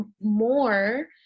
more